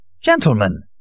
Gentlemen